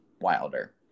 wilder